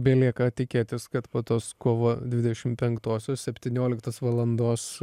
belieka tikėtis kad po tos kovo dvidešim penktosios septynioliktos valandos